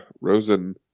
Rosen